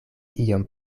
iom